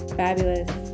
fabulous